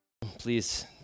Please